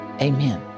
amen